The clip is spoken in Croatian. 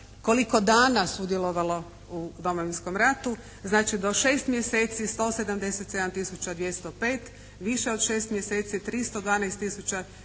koliko dana sudjelovalo u Domovinskom ratu? Znači do 6 mjeseci 177 tisuća 205, više od 6 mjeseci 312